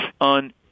on